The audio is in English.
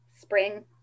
spring